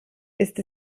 ist